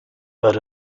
but